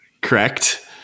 Correct